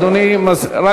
אם